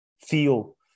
feel